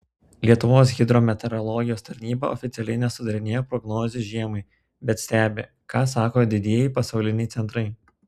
lietuvos hidrometeorologijos tarnyba oficialiai nesudarinėja prognozių žiemai bet stebi ką sako didieji pasauliniai centrai